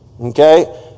Okay